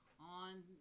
on